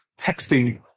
texting